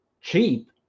cheap